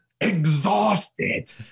exhausted